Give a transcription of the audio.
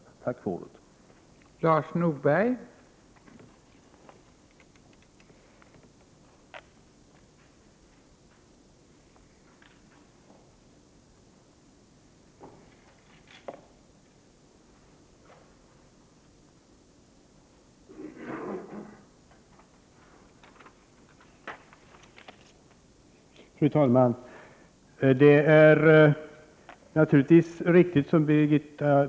Tack för ordet.